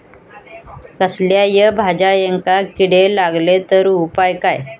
कसल्याय भाजायेंका किडे लागले तर उपाय काय?